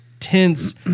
tense